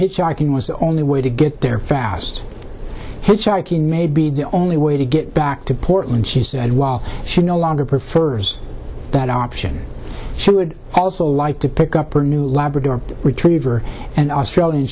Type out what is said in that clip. hitchhiking was the only way to get there fast hitchhiking may be the only way to get back to portland she said while she no longer prefers that option she would also like to pick up her new labrador retriever an australian